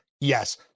Yes